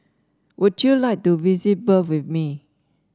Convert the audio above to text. would you like to visit Bern with me